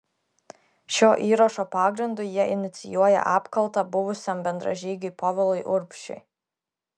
šio įrašo pagrindu jie inicijuoja apkaltą buvusiam bendražygiui povilui urbšiui